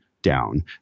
down